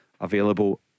available